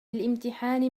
الإمتحان